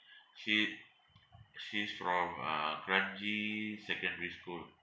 she she's from uh kranji secondary school